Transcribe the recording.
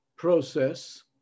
Process